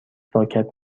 پاکت